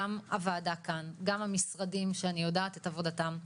וגם הוועדה כאן וגם המשרדים שאני יודעת את עבודתם,